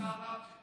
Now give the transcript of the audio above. גפני.